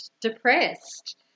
depressed